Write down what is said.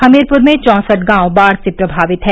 हमीरपुर में चौसठ गांव बाढ़ से प्रमावित है